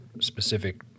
specific